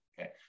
okay